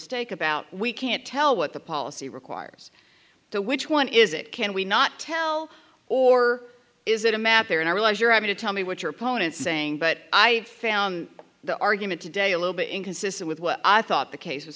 mistake about we can't tell what the policy requires to which one is it can we not tell or is it a map there and i realize you're having to tell me what your opponent saying but i found the argument today a little bit inconsistent with what i thought the case